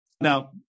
now